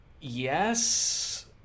Yes